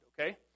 okay